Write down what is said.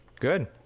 Good